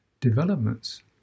developments